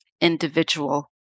individual